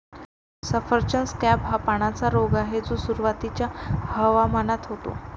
सफरचंद स्कॅब हा पानांचा रोग आहे जो सुरुवातीच्या हवामानात होतो